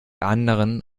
anderen